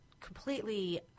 completely